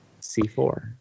C4